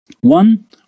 One